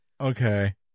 Okay